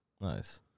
nice